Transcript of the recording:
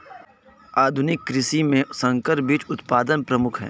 आधुनिक कृषि में संकर बीज उत्पादन प्रमुख है